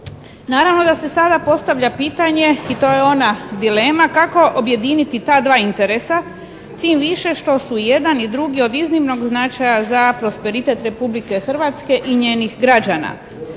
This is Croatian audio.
Naravno da se sada postavlja pitanje i to je ona dilema kako objediniti ta dva interesa, tim više što su jedan i drugi od iznimnog značaja za prosperitet Republike Hrvatske i njenih građana.